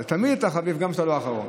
תמיד אתה חביב, גם כשאתה לא אחרון.